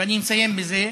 ואני מסיים בזה,